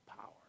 power